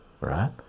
Right